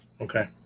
okay